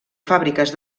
fàbriques